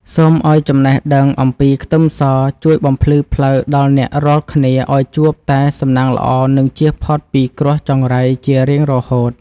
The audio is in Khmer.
សូមឱ្យចំណេះដឹងអំពីខ្ទឹមសជួយបំភ្លឺផ្លូវដល់អ្នករាល់គ្នាឱ្យជួបតែសំណាងល្អនិងចៀសផុតពីគ្រោះចង្រៃជារៀងរហូត។